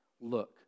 Look